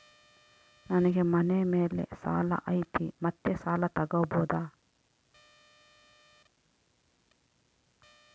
ನನಗೆ ಮನೆ ಮೇಲೆ ಸಾಲ ಐತಿ ಮತ್ತೆ ಸಾಲ ತಗಬೋದ?